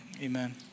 Amen